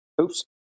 Oops